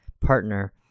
partner